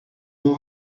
m’en